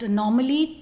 normally